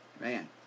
Man